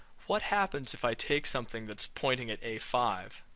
what happens if i take something that's pointing at a five